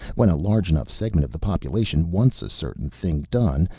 when a large enough segment of the population wants a certain thing done,